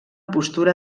postura